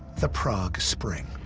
the prague spring.